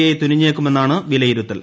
I തുനിഞ്ഞേക്കുമെന്നാണ് വിലയിരുത്തൽ